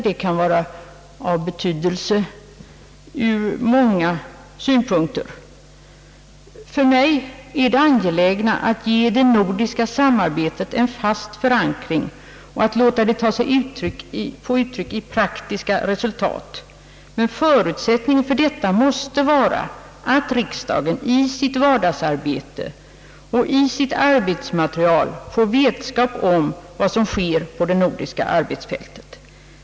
Det kan vara av betydelse ur många synpunkter. För mig är det angeläget att ge det nordiska samarbetet en fast förankring och låta det ta sig uttryck i praktiska resultat. Förutsättningen för detta måste vara att riksdagen i sitt vardagliga arbete och i sitt arbetsmaterial får vetskap om vad som sker på det nordiska arbetsfältet.